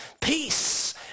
Peace